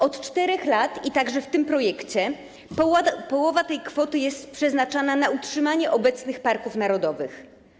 Od 4 lat, także w tym projekcie, połowa tej kwoty jest przeznaczana na utrzymanie obecnych parków narodowych.